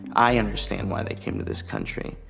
i understand why they came to this country.